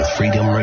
Freedom